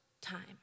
time